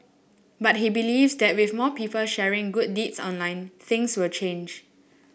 but he believes that with more people sharing good deeds online things will change